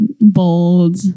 bold